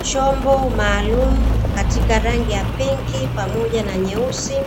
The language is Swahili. Chombo maalumu katika rangi ya pinki pamoja na nyeusi,